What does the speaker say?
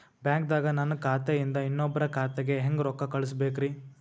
ಬ್ಯಾಂಕ್ದಾಗ ನನ್ ಖಾತೆ ಇಂದ ಇನ್ನೊಬ್ರ ಖಾತೆಗೆ ಹೆಂಗ್ ರೊಕ್ಕ ಕಳಸಬೇಕ್ರಿ?